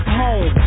home